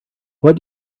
what